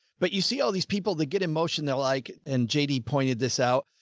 but you see all these people that get emotional, like, and jd pointed this out,